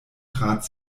trat